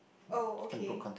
oh okay